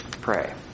pray